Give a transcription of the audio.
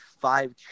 five